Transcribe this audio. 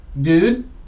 dude